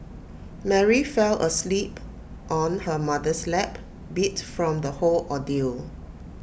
Mary fell asleep on her mother's lap beat from the whole ordeal